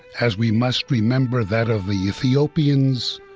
as we must remember that of the ethiopians,